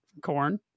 corn